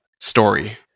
story